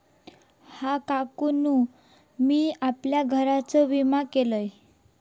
हा, काकानु मी आपल्या घराचो विमा केलंय